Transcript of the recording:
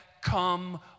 come